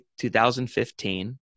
2015